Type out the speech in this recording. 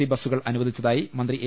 C ബസ്സു കൾ അനുവദിച്ചതായി മന്ത്രി എ